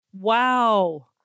Wow